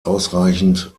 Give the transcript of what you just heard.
ausreichend